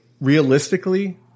realistically